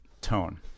tone